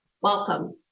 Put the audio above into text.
Welcome